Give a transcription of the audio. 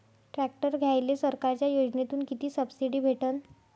Tractor घ्यायले सरकारच्या योजनेतून किती सबसिडी भेटन?